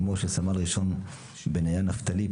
אימו של סמל ראשון בניה נפתלי,